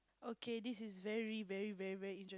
okay this is very very very very inter~